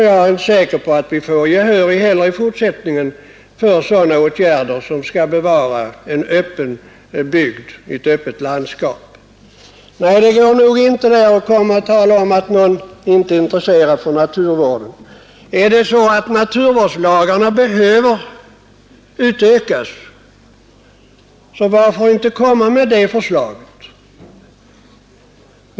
Jag är inte heller säker på att vi i fortsättningen får gehör för sådana åtgärder, som skall bevara ett öppet landskap. Nej, man kan inte här anklaga andra för att inte vara intresserade av naturvården. Om naturvårdslagstiftningen behöver utvidgas, varför lägger man inte fram förslag härom?